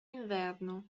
inverno